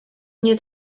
nie